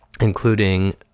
including